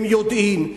הם יודעים,